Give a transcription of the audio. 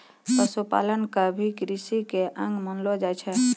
पशुपालन क भी कृषि कार्य के अंग मानलो जाय छै